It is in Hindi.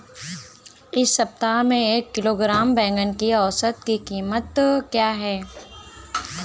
इस सप्ताह में एक किलोग्राम बैंगन की औसत क़ीमत क्या है?